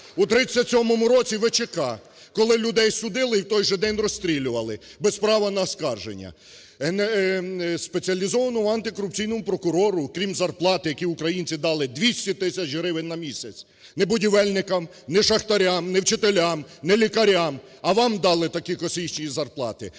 в 1937 році ВЧК, коли людей судили і в той же день розстрілювали без права на оскарження. Спеціалізованому антикорупційному прокурору крім зарплати, яку українці дали 200 тисяч на місяць. Не будівельникам, не шахтарям, не вчителям, не лікарям, а вам дали такі космічні зарплати.